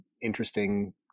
interesting